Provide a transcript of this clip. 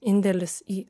indėlis į